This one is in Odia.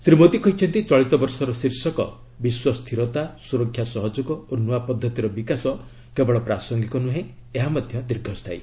ଶ୍ରୀ ମୋଦୀ କହିଛନ୍ତି ଚଳିତ ବର୍ଷର ଶୀର୍ଷକ ବିଶ୍ୱ ସ୍ଥିରତା ସୁରକ୍ଷା ସହଯୋଗ ଓ ନୂଆ ପଦ୍ଧତିର ବିକାଶ କେବଳ ପ୍ରାସଙ୍ଗିକ ନୁହେଁ ଏହା ମଧ୍ୟ ଦୀର୍ଘସ୍ଥାୟୀ